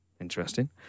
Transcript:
Interesting